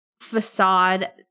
facade